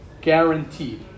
Guaranteed